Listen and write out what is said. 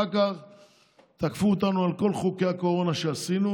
אחר כך תקפו אותנו על כל חוקי הקורונה שעשינו,